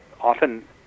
often